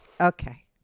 Okay